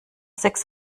sechs